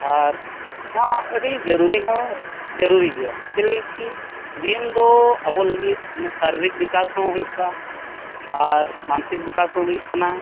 ᱟᱨ ᱱᱚᱣᱟ ᱟᱹᱰᱤ ᱡᱟᱹᱨᱩᱨᱤ ᱦᱚᱸ ᱡᱟᱹᱨᱩᱨᱤ ᱜᱮᱭᱟ ᱪᱮᱫ ᱞᱟᱹᱜᱤᱫ ᱠᱤ ᱫᱚ ᱟᱵᱚ ᱞᱟᱹᱜᱤᱫ ᱢᱟᱱᱮ ᱥᱟᱨᱤᱨᱤᱠ ᱵᱤᱠᱟᱥ ᱦᱚᱸ ᱦᱩᱭᱩᱜᱼᱟ ᱟᱨ ᱢᱟᱱᱥᱤᱠ ᱵᱤᱠᱟᱥ ᱦᱚᱸ ᱦᱩᱭᱩᱜ ᱠᱟᱱᱟ